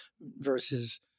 versus –